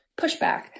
pushback